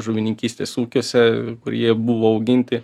žuvininkystės ūkiuose kur jie buvo auginti